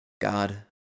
God